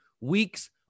weeks